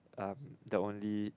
um the only